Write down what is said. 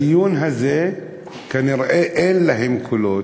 בדיון הזה, כנראה אין להם קולות.